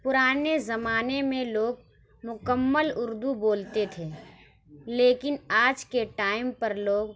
پُرانے زمانے میں لوگ مکمل اُردو بولتے تھے لیکن آج کے ٹائم پر لوگ